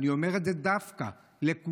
אני אומר את זה דווקא לכולנו,